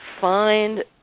find